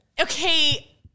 Okay